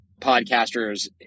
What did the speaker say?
podcasters